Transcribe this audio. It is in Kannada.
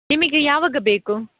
ನಿಮಗೆ ಯಾವಾಗ ಬೇಕು